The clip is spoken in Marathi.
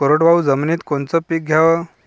कोरडवाहू जमिनीत कोनचं पीक घ्याव?